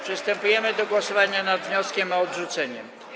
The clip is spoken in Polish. Przystępujemy do głosowania nad wnioskiem o odrzucenie.